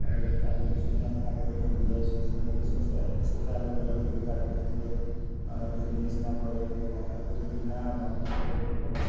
তাৰেপিছত আৰু কিছুসময় ফ্ৰাই কৰি থাকিয়ে স্কোৱাচখিনি দি স্কোৱাচ স্কোৱাচ আৰু আলু একেলগে দিলে তাৰপিছত সেনেকে অলপ ধৰিল নিচিনা কৰে সেনেকে বনালোঁ কিন্তু সিদিনা বনাওঁতে টেষ্ট হৈছিলে